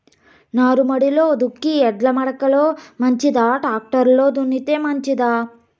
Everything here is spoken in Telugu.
నారుమడిలో దుక్కి ఎడ్ల మడక లో మంచిదా, టాక్టర్ లో దున్నితే మంచిదా?